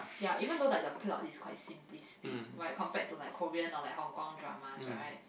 ya even though like the plot is quite simplistic like compared to like Korean or like Hong Kong dramas right